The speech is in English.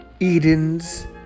Eden's